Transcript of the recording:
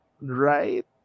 right